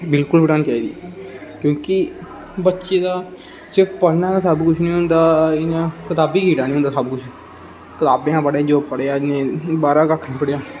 बिल्कुल पढ़ानी चाहिदी क्योंकि बच्चे दा सिर्फ पढ़ना गै सब कुछ नी हुंदा इयां कताबी कीड़ा नी हुंदा सब कुछ कताबें दा पढ़ेआ जो पढ़ेआ बाहरां कक्ख नी पढ़ेआ